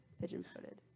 pigeon-footed